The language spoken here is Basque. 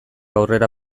aurrera